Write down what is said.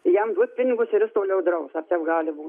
jam duot pinigus ir jis toliau draus ar taip gali būt